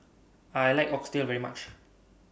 I like Oxtail very much